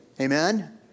Amen